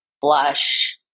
blush